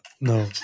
No